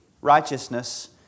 righteousness